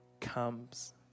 comes